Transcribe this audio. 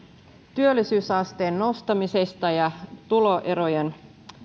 työllisyysasteen nostamisesta ja tuloerojen